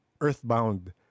earthbound